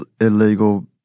illegal